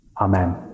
Amen